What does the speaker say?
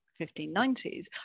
1590s